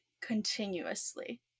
continuously